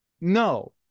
no